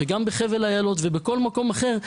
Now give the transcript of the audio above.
ובחבל אילות ובכל מקום אחר,